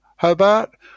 Hobart